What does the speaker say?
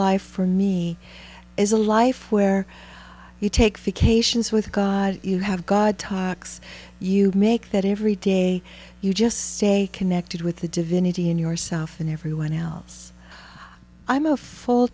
life for me is a life where you take vacations with god you have god tox you make that every day you just say connected with the divinity in yourself and everyone else i'm a full